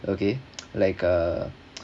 okay like uh